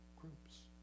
groups